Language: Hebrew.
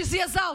שזעזע אותי: